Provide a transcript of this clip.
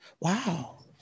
Wow